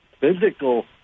Physical